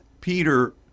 Peter